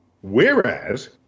Whereas